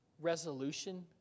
resolution